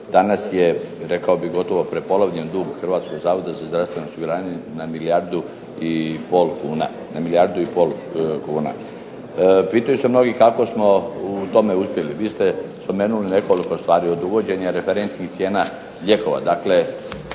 danas je rekao bih, gotovo prepolovljen dug Hrvatskog zavoda za zdravstveno osiguranje na milijardu i pol kuna. Pitaju se mnogi kako smo u tome uspjeli. Vi ste spomenuli nekoliko stvari od uvođenja referentnih cijena lijekova,